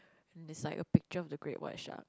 and it's like a picture of a great white shark